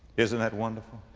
isn't that wonderful?